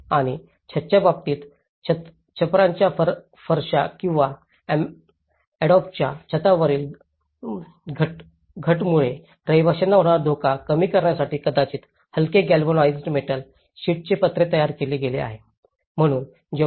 आणि छताच्या बाबतीत छप्परांच्या फरशा किंवा अडोबच्या छतावरील घटमुळे रहिवाशांना होणारा धोका कमी करण्यासाठी कदाचित हलके गॅल्वनाइज्ड मेटल शीट्सचे छप्पर तयार केले गेले आहे